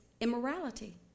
immorality